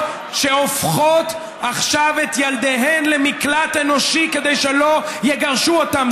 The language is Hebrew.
שהופכות עכשיו את ילדיהן למקלט אנושי כדי שלא יגרשו אותן.